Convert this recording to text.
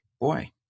Boy